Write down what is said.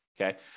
Okay